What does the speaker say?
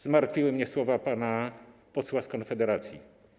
Zmartwiły mnie słowa pana posła z Konfederacji.